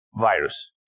virus